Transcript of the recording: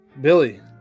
Billy